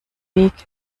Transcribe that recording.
weg